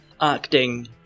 acting